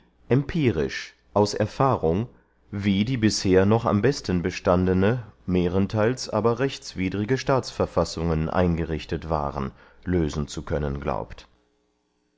empirisch aus erfahrung wie die bisher noch am besten bestandene mehrentheils aber rechtswidrige staatsverfassungen eingerichtet waren lösen zu können glaubt